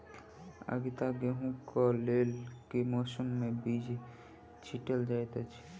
आगिता गेंहूँ कऽ लेल केँ मौसम मे बीज छिटल जाइत अछि?